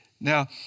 Now